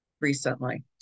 recently